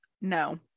no